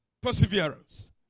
perseverance